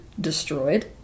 destroyed